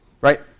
right